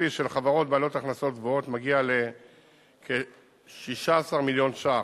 הכספי של חברות בעלות הכנסות גבוהות מגיע לכ-16 מיליון ש"ח.